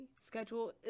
schedule